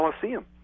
Coliseum